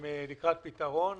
והם לקראת פתרון,